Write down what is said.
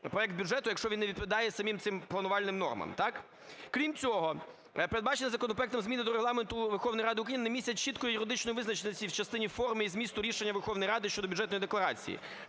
проект бюджету, якщо він не відповідає самим цим планувальним нормам, так. Крім цього, передбачені законопроектом зміни до Регламенту Верховної Ради України не містять чітко юридичної визначеності в частині форми і змісту рішення Верховної Ради щодо бюджетної декларації